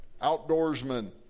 outdoorsman